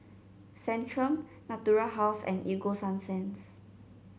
Centrum Natura House and Ego Sunsense